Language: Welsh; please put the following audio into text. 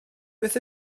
beth